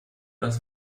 das